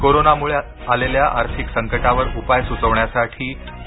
कोरोनामुळे आलेल्या आर्थिक संकटावर उपाय सुचवण्यासाठी के